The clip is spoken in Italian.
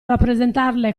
rappresentarle